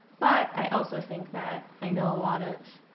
but i also think that i know a lot of